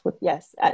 Yes